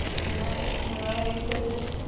ꯅꯨꯡꯉꯥꯏ ꯅꯨꯡꯉꯥꯏꯔꯤ ꯑꯩꯈꯣꯏꯁꯨ